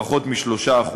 פחות מ-3%,